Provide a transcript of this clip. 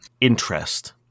interest